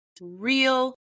real